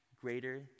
greater